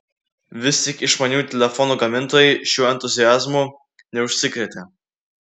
vis tik išmaniųjų telefonų gamintojai šiuo entuziazmu neužsikrėtė